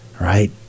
right